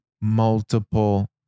multiple